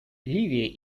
ливия